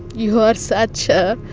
you are such a